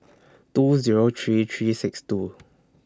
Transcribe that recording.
two Zero three three six two